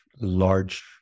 large